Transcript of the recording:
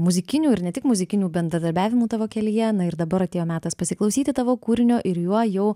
muzikinių ir ne tik muzikinių bendradarbiavimų tavo kelyje ir dabar atėjo metas pasiklausyti tavo kūrinio ir juo jau